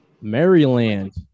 Maryland